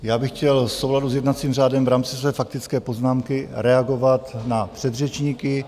Já bych chtěl v souladu s jednacím řádem v rámci své faktické poznámky reagovat na předřečníky.